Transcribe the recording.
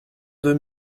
deux